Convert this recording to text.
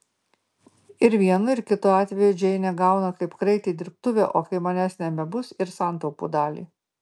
ir vienu ir kitu atveju džeinė gauna kaip kraitį dirbtuvę o kai manęs nebebus ir santaupų dalį